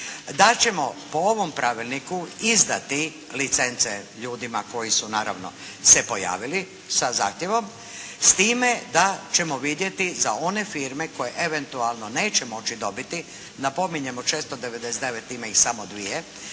da ćemo po ovom pravilniku izdati licence ljudima koji su naravno se pojavili sa zahtjevom s time da ćemo vidjeti za one firme koje eventualno neće moći dobiti. Napominjem od 699 ima ih samo dvije